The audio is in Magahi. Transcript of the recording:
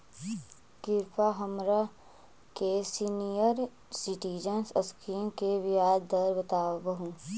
कृपा हमरा के सीनियर सिटीजन स्कीम के ब्याज दर बतावहुं